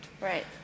Right